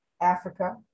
Africa